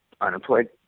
unemployed